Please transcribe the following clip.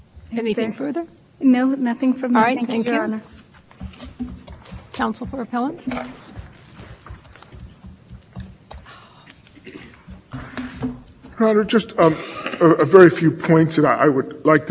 caring enough to get a valuation to get an appraisal of the value of those assets as you go into the transaction that would be a way even me absence of an active market for